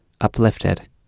uplifted